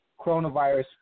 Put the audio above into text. coronavirus